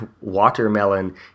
Watermelon